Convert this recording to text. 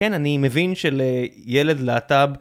כן, אני מבין שלילד להט"ב.